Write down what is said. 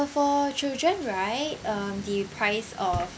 for children right um the price of